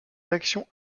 réactions